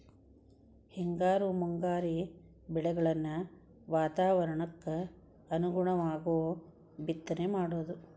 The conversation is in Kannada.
ಹಿಂಗಾರಿ ಮುಂಗಾರಿ ಬೆಳೆಗಳನ್ನ ವಾತಾವರಣಕ್ಕ ಅನುಗುಣವಾಗು ಬಿತ್ತನೆ ಮಾಡುದು